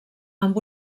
amb